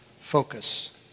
focus